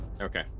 okay